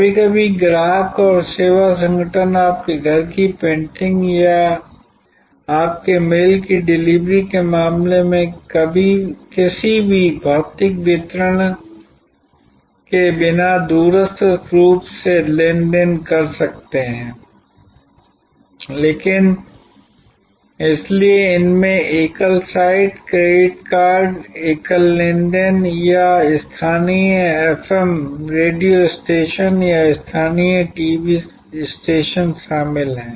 कभी कभी ग्राहक और सेवा संगठन आपके घर की पेंटिंग या आपके मेल की डिलीवरी के मामले में किसी भी भौतिक वितरण के बिना दूरस्थ रूप से लेनदेन कर सकते हैं लेकिन इसलिए इनमें एकल साइट क्रेडिट कार्ड एकल लेनदेन या एक स्थानीय एफएम रेडियो स्टेशन या स्थानीय टीवी स्टेशन शामिल हैं